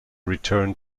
returned